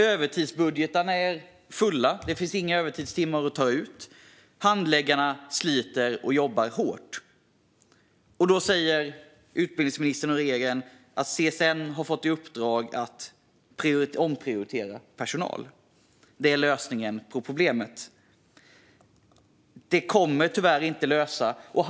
Övertidsbudgetarna är fulla, och det finns inga fler övertidstimmar att ta ut. Handläggarna jobbar och sliter hårt, men utbildningsministern och regeringen säger bara att CSN fått i uppdrag att omprioritera personal och att det är lösningen på problemet. Det kommer tyvärr inte att lösa problemet.